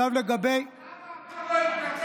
למה אף אחד לא התנצל,